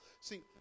See